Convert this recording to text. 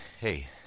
Hey